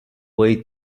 way